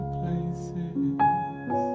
places